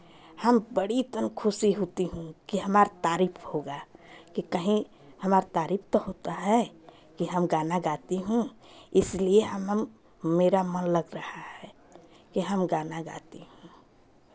हम बड़ी तन खुशी होती हूँ कि हमारा तारीफ़ होगा कि कहीं हमारा तारीफ़ तो होता है कि हम गाना गाती हूँ इसलिए हम हम मेरा मन लग रहा है कि हम गाना गाती हूँ